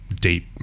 deep